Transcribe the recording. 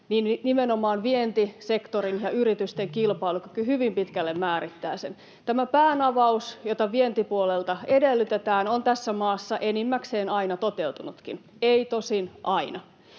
nimenomaan vientisektorin ja yritysten kilpailukyky hyvin pitkälle määrittää esimerkiksi työmarkkinoille tehtäviä uudistuksia. Tämä päänavaus, jota vientipuolelta edellytetään, on tässä maassa enimmäkseen aina toteutunutkin. Ei tosin aina.